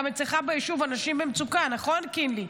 גם אצלך ביישוב אנשים במצוקה, נכון, קינלי?